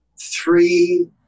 three